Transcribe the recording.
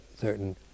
certain